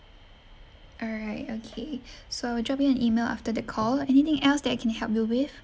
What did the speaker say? all right okay so drop you an email after the call anything else that I can help you with